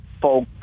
folk